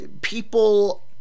people